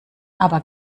aber